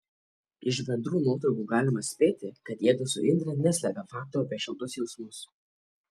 iš bendrų nuotraukų galima spėti kad jiedu su indre neslepia fakto apie šiltus jausmus